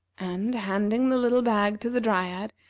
and, handing the little bag to the dryad,